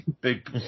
Big